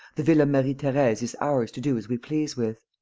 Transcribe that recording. the villa marie-therese is ours to do as we please with.